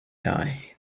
die